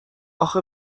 اخه